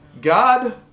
God